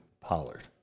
Pollard